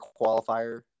qualifier